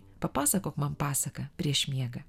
papasakok man pasaką prieš miegą